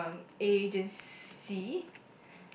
um agency